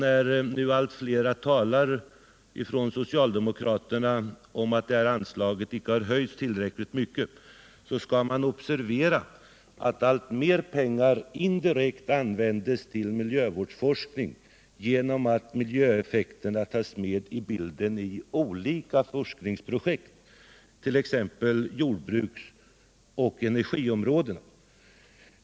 När nu allt fler socialdemokrater talar om att detta anslag icke har höjts tillräckligt mycket skall man observera, att mer och mer pengar indirekt används till miljövårdsforskning genom att miljöaspekterna tas med i olika forskningsprojekt,t.ex. på jordbruksoch energiområdena.